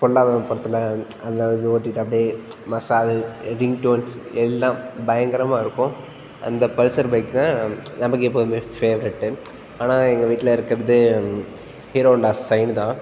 பொல்லாதவன் படத்தில் அதில் வந்து ஓட்டிட்டு அப்டேயே மாஸாக அது ரிங்டோன்ஸ் எல்லாம் பயங்கரமாக இருக்கும் அந்த பல்சர் பைக் தான் நமக்கு எப்போதுமே ஃபேவ்ரட்டு ஆனால் எங்கள் வீட்டில் இருக்கிறது ஹீரோ ஹோண்டா சைனு தான்